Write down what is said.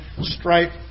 stripe